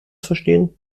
verstehen